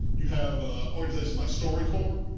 you have organizations like story corps.